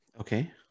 Okay